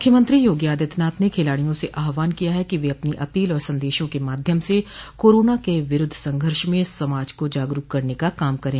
मुख्यमंत्री योगी आदित्यनाथ ने खिलाड़ियों से आहवान किया है कि वह अपनी अपील और संदेशों के माध्यम से कोरोना के विरूद्ध संघर्ष में समाज को जागरूक करने का काम करे